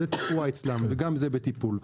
אז זה תקוע אצלם וגם זה בטיפול.